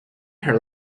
her